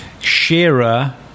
Shearer